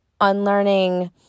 unlearning